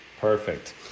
perfect